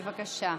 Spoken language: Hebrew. בבקשה.